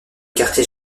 quartier